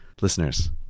Listeners